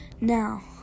Now